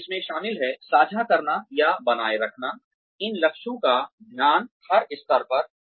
तो इसमें शामिल है साझा करना या बनाए रखना इन लक्ष्यों का ध्यान हर स्तर पर